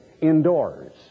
indoors